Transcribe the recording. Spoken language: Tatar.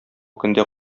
көндә